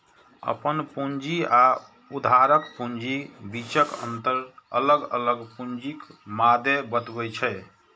अपन पूंजी आ उधारक पूंजीक बीचक अंतर अलग अलग पूंजीक मादे बतबै छै